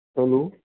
hello